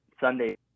Sunday